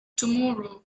tomorrow